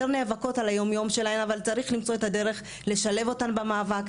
יותר נאבקות על היום יום שלהן אבל צריך למצוא את הדרך לשלב אותן במאבק.